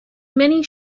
many